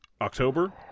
October